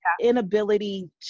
inability